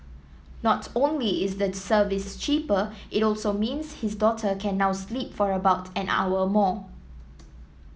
not only is the service cheaper it also means his daughter can now sleep for about an hour more